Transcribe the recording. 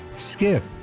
skip